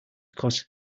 cost